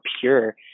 pure